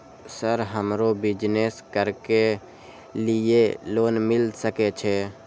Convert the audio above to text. Sir हमरो business करके ली ये लोन मिल सके छे?